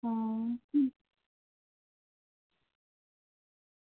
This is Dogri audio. आं